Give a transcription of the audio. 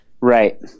Right